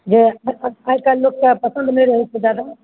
जे आइकाल्हि लोकके पसन्द नहि रहै छै ज़्यादा